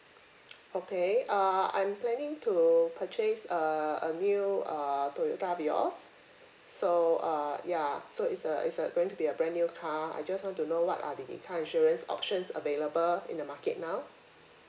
okay uh I'm planning to purchase uh a new uh Toyota Vios so uh ya so is a is a going to be a brand new car I just want to know what are the in~ car insurance options available in the market now